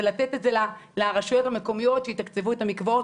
לתת את זה לרשויות המקומיות שיתקצבו את המקוואות,